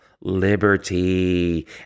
liberty